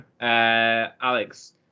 alex